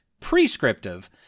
prescriptive